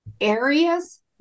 areas